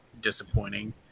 disappointing